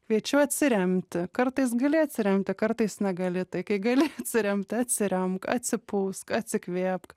kviečiu atsiremti kartais gali atsiremti kartais negali tai kai gali atsiremti atsiremk atsipūsk atsikvėpk